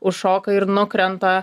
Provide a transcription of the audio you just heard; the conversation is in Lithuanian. užšoka ir nukrenta